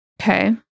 Okay